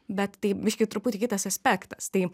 bet tai biškį truputį kitas aspektas tai